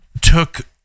took